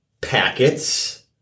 Packets